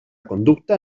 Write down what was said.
conducta